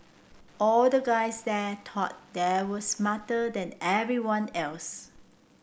all the guys there thought they were smarter than everyone else